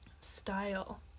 style